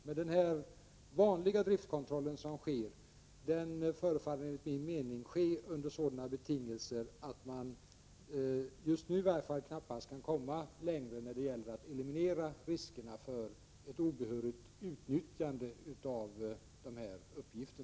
Men den vanliga driftkontrollen förefaller enligt min uppfattning ske under sådana betingelser att man i varje fall just nu knappast kan komma längre när det gäller att eliminera riskerna för ett obehörigt utnyttjande av dessa uppgifter.